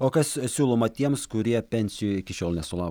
o kas siūloma tiems kurie pensijų iki šiol nesulaukia